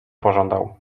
pożądał